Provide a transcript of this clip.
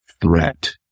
threat